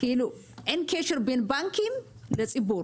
כאילו אין קשר בין בנקים לציבור.